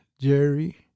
Jerry